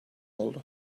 oldu